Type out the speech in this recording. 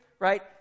Right